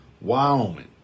Wyoming